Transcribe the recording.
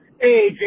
Hey